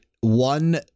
one